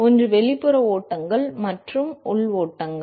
ஒன்று வெளிப்புற ஓட்டங்கள் மற்றும் உள் ஓட்டங்கள்